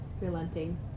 relenting